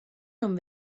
non